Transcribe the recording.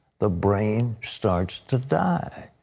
the brain starts to die.